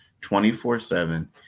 24-7